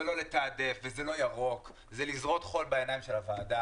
זה לא לתעדף וזה לא ירוק אלא זה לזרותך חול בעיניים של הוועדה.